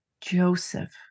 Joseph